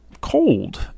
cold